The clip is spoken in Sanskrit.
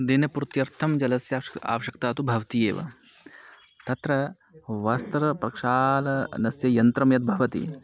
दिनपूर्त्यर्थं जलस्य आवश्यक्ता तु भवति एव तत्र वस्त्रप्रक्षालनस्य यन्त्रं यद् भवति